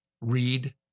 read